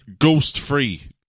ghost-free